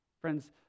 Friends